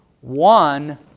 One